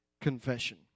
confession